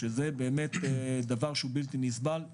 שזה דבר בלתי נסבל.